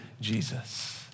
Jesus